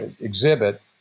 exhibit